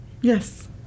Yes